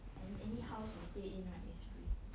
any house we stay in right is free